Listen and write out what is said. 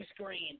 screen